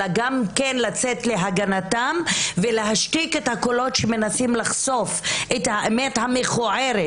אלא גם כן לצאת להגנתם ולהשתיק את הקולות שמנסים לחשוף את האמת המכוערת.